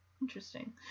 Interesting